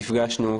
נפגשנו,